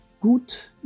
Gut